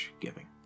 giving